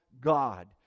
God